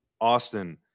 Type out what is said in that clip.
Austin